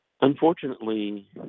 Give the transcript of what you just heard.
Unfortunately